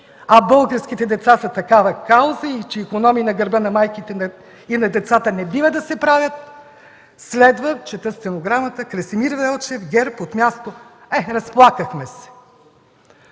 а българските деца са такава кауза и че икономии на гърба на майките и на децата не бива да се правят, чета стенограмата: „Красимир Велчев (ГЕРБ, от място): „Ех, разплакахме се!”